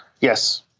Yes